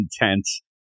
intense